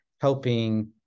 helping